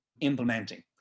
implementing